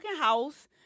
house